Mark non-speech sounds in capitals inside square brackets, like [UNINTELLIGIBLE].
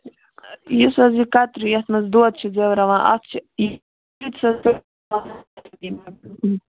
یُس حظ یہِ کَتری یَتھ منٛز دۄد چھِ زیٚوٕراوان اَتھ چھِ یہِ [UNINTELLIGIBLE] یِمن